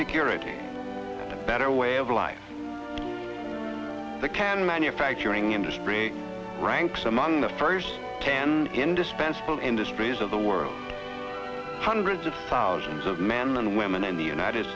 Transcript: security and better way of life the can manufacturing industry ranks among the first ten indispensable industries of the world hundreds of thousands of men and women in the united